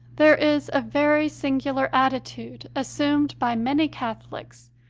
there is a very singular attitude assumed by many catholics,